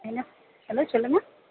என்ன ஹலோ சொல்லுங்கள்